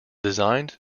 designed